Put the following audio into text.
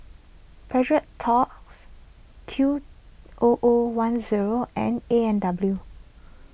Precious Thots Q O O one zero and A and W